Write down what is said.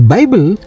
Bible